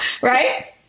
right